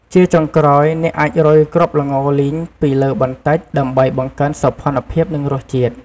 ជាចុងក្រោយ អ្នកអាចរោយគ្រាប់ល្ងលីងពីលើបន្តិច ដើម្បីបង្កើនសោភ័ណភាព និងរសជាតិ។